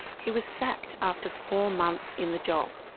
he was sacked after four months in the job.